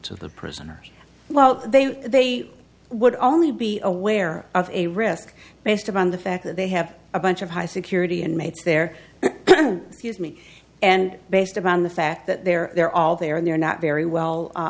to the prisoners well they they would only be aware of a risk based upon the fact that they have a bunch of high security inmates there is me and based upon the fact that they're they're all there and they're not very well